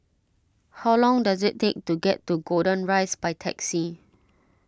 how long does it take to get to Golden Rise by taxi